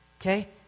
Okay